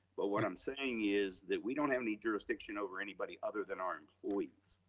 but what i'm saying is that we don't have any jurisdiction over anybody other than our employees.